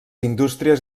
indústries